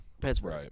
Pittsburgh